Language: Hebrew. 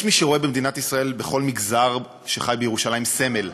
יש מי שרואה במדינת ישראל בכל מגזר שחי בירושלים סמל,